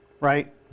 Right